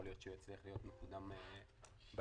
יכול להיות שהוא יצליח להתממש בהמשך.